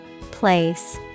Place